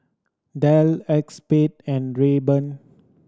Dell Acexspade and Rayban